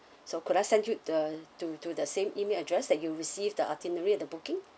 so could I send you the to to the same email address that you received the itinerary at the booking